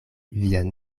vian